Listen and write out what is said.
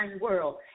world